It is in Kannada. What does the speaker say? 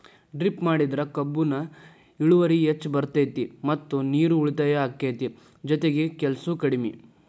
ಡ್ರಿಪ್ ಮಾಡಿದ್ರ ಕಬ್ಬುನ ಇಳುವರಿ ಹೆಚ್ಚ ಬರ್ತೈತಿ ಮತ್ತ ನೇರು ಉಳಿತಾಯ ಅಕೈತಿ ಜೊತಿಗೆ ಕೆಲ್ಸು ಕಡ್ಮಿ